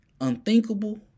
Unthinkable